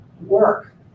work